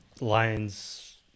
Lions